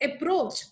approach